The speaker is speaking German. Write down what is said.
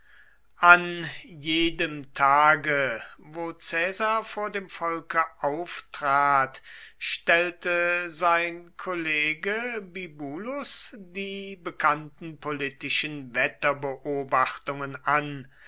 an jedem tage wo caesar vor dem volke auftrat stellte sein kollege bibulus die bekannten politischen wetterbeobachtungen an